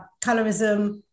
colorism